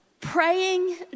praying